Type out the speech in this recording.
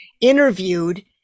interviewed